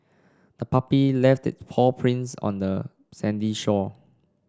the puppy left paw prints on the sandy shore